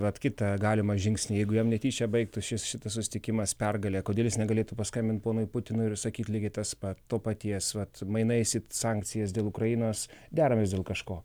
vat kitą galimą žingsnį jeigu jam netyčia baigtųsi šis šitas susitikimas pergalė kodėl jis negalėtų paskambinti ponui putinui ir sakyti lygiai tas pat to paties vat mainais į sankcijas dėl ukrainos deramės dėl kažko